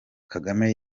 kagame